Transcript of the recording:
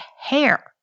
hair